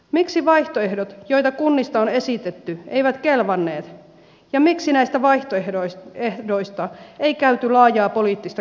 miksi vaihtoehdot joita kunnista on esitetty eivät kelvanneet ja miksi näistä vaihtoehdoista ei käyty laajaa poliittista keskustelua